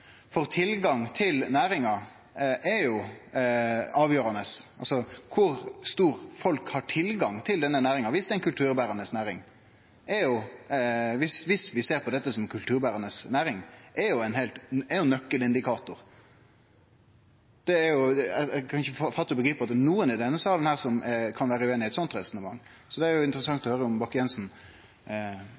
for så vidt einig. Mangfaldet av aktørar er også ein indikator på berekraft, kulturelt sett. Tilgang til næringa er avgjerande, altså kor stor tilgang folk har til denne næringa – dersom det er ei kulturberande næring. Om vi ser på dette som ei kulturberande næring, er det ein nøkkelindikator. Eg kan ikkje fatte og begripe at nokon i denne salen kan vere ueinig i eit slikt resonnement. Så det hadde vore interessant å høyre om